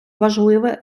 важливе